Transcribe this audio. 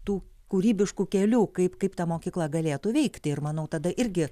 tų kūrybiškų kelių kaip kaip ta mokykla galėtų veikti ir manau tada irgi